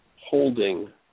holding